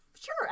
Sure